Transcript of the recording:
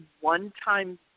one-time